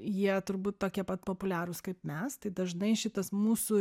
jie turbūt tokie pat populiarūs kaip mes tai dažnai šitas mūsų